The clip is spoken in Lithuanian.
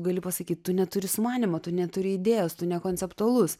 gali pasakyt tu neturi sumanymo tu neturi idėjos tu nekonceptualus